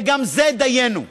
וגם זה דיינו.